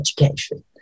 education